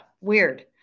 weird